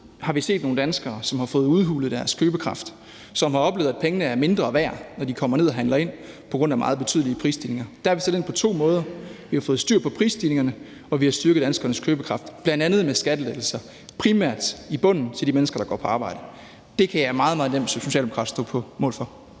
har vi set nogle danskere, som har fået udhulet deres købekraft; som har oplevet, at pengene er mindre værd, når de kommer ned og handler ind, på grund af meget betydelige prisstigninger. Der har vi sat ind på to måder. Vi har fået styr på prisstigningerne, og vi har styrket danskernes købekraft, bl.a. med skattelettelser, primært i bunden til de mennesker, der går på arbejde. Det kan jeg meget, meget nemt som socialdemokrat stå på mål for.